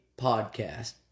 podcast